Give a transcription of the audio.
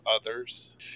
others